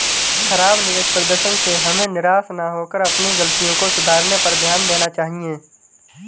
खराब निवेश प्रदर्शन से हमें निराश न होकर अपनी गलतियों को सुधारने पर ध्यान देना चाहिए